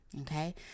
Okay